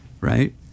right